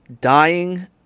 dying